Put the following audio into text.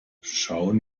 schauen